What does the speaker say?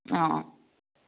অঁ অঁ